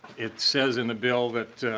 it says in the bill that